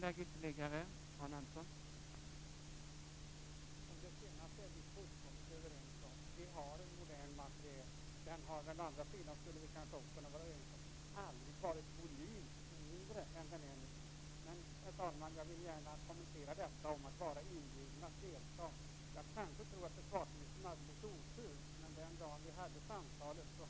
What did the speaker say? Herr talman!